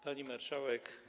Pani Marszałek!